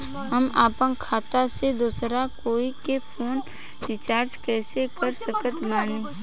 हम अपना खाता से दोसरा कोई के फोन रीचार्ज कइसे कर सकत बानी?